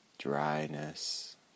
dryness